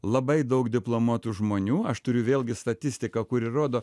labai daug diplomuotų žmonių aš turiu vėlgi statistiką kuri rodo